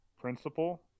Principal